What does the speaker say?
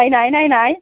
नायनाय नायनाय